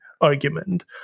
argument